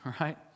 right